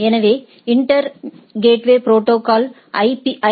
எனவே interior gateway protocol ஐ